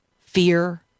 fear